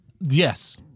yes